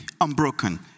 unbroken